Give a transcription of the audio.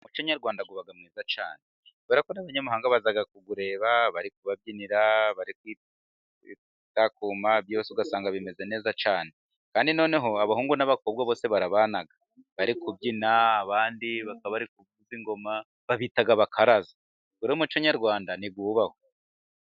Umuco nyarwanda uba mwiza cyane. Kuberako n'abanyamahanga baza kuwureba, bari kubabyinira, bari kwitakuma, byose ugasanga bimeze neza cyane. Kandi noneho abahungu n'abakobwa bose barabana bari kubyina, abandi kuvuza ingoma, babita abakaraza. Rero umuco nyarwanda niwubahwe.